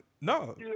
no